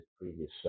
previous